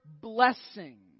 blessing